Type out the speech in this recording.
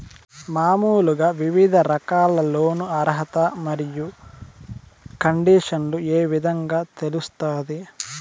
మామూలుగా వివిధ రకాల లోను అర్హత మరియు కండిషన్లు ఏ విధంగా తెలుస్తాది?